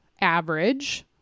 average